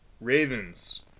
Ravens